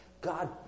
God